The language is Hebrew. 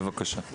בבקשה.